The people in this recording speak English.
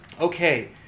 okay